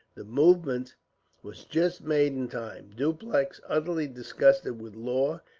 the movement was just made in time. dupleix, utterly disgusted with law,